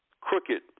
crooked